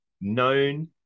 known